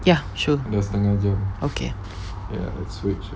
ya sure